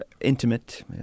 intimate